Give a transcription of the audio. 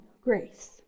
grace